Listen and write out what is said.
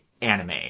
anime